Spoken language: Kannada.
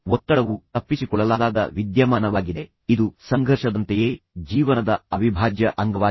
ಒತ್ತಡವು ತಪ್ಪಿಸಿಕೊಳ್ಳಲಾಗದ ವಿದ್ಯಮಾನವಾಗಿದೆ ಎಂದು ನಾನು ನಿಮಗೆ ಹೇಳುತ್ತಿದ್ದೆ ಇದು ಸಂಘರ್ಷದಂತೆಯೇ ಜೀವನದ ಅವಿಭಾಜ್ಯ ಅಂಗವಾಗಿದೆ